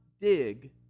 dig